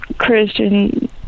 Christian